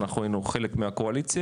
אנחנו היינו חלק מהקואליציה,